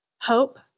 hope